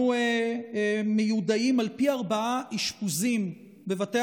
אנחנו מיודעים על פי ארבעה אשפוזים בבתי